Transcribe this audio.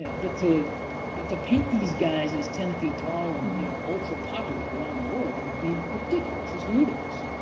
but to but to paint these guys as ten feet tall and you know ultra-popular around the world would be ridiculous. it's ludicrous.